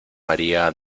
maría